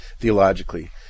theologically